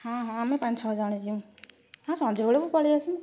ହଁ ହଁ ଆମେ ପାଞ୍ଚ ଛଅ ଜଣ ଜିବୁ ହଁ ସଞ୍ଜବେଳକୁ ପଳାଇ ଆସିବୁ